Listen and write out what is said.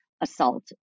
assault